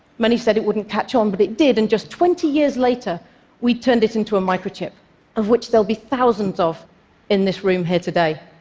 many said it wouldn't catch on, but it did, and just twenty years later we turned it into a microchip of which there will be thousands in this room here today.